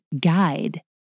Guide